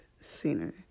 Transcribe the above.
scenery